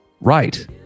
right